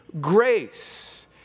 grace